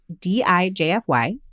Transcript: D-I-J-F-Y